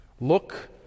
Look